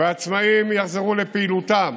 העצמאים יחזרו לפעילותם